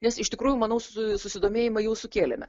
nes iš tikrųjų manau su susidomėjimą jau sukėlėme